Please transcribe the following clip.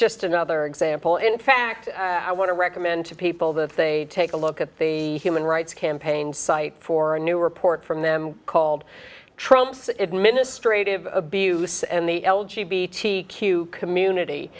just another example in fact i want to recommend to people that they take a look at the human rights campaign site for a new report from them called trump's administratively abuse and the l g b t q community